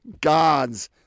God's